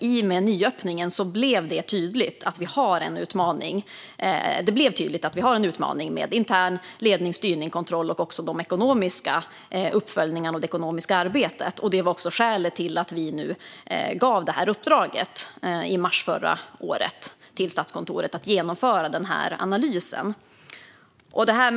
I och med nyöppningen blev det tydligt att det finns en utmaning med intern ledning, styrning och kontroll samt de ekonomiska uppföljningarna och det ekonomiska arbetet. Det var också skälet till att vi i mars förra året gav Statskontoret i uppdrag att genomföra den här analysen.